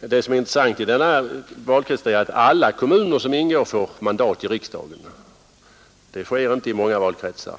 En annan sak som är intressant med fyrstadsvalkretsen är att alla kommuner som ingår får mandat i riksdagen. Det sker inte i många valkretsar.